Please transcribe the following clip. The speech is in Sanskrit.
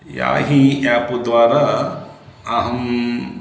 या हि याप् द्वारा अहं